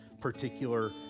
particular